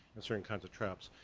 and certain kinds of traps.